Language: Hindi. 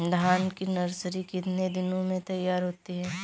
धान की नर्सरी कितने दिनों में तैयार होती है?